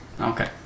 Okay